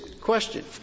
question